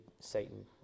Satan